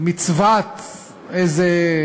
שמצוות איזה